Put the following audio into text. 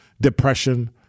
depression